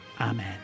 Amen